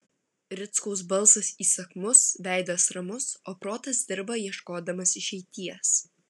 rickaus balsas įsakmus veidas ramus o protas dirba ieškodamas išeities